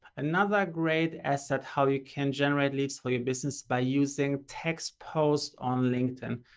another great asset, how you can generate leads for your business by using text posts on linkedin.